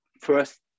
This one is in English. first